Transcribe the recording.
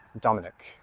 Dominic